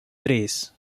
tres